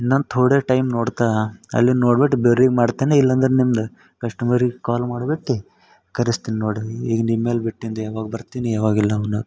ಇನ್ನೊಂದು ಥೋಡೆ ಟೈಮ್ ನೋಡ್ತಾ ಅಲ್ಲಿ ನೋಡ್ಬಿಟ್ಟು ಬೇರೆವ್ರಿಗೆ ಮಾಡ್ತೀನಿ ಇಲ್ಲಾಂದ್ರೆ ನಿಮ್ದು ಕಸ್ಟಮರಿಗೆ ಕಾಲ್ ಮಾಡ್ಬಿಟ್ಟು ಕರಿಸ್ತೀನಿ ನೋಡ್ರಿ ಈಗ ನಿಮ್ಮ ಮೇಲೆ ಬಿಟ್ಟಿದ್ದೆ ಯಾವಾಗ ಬರ್ತೀನಿ ಯಾವಾಗಿಲ್ಲ ಅನ್ನೋದನ್ನ